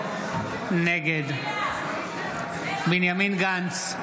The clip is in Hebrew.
נגד בנימין גנץ,